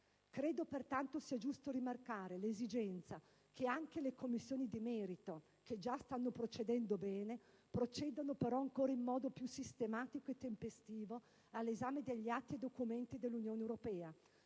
Credo pertanto sia giusto rimarcare l'esigenza che anche le Commissioni di merito, che già stanno lavorando bene, procedano in modo ancora più sistematico e tempestivo all'esame degli atti e documenti dell'Unione europea,